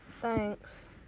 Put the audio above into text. Thanks